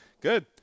good